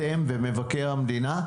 אתם ומבקר המדינה.